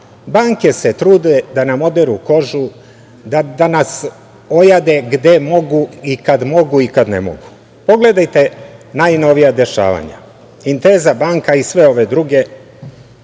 banke se trude da nam oderu kožu, da nas ojade gde mogu i kad mogu i kad ne mogu. Pogledajte najnovija dešavanja, Inteza banka i sve ove druge